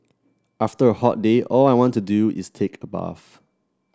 after a hot day all I want to do is take a bath